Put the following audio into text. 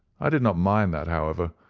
i did not mind that, however,